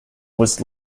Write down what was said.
was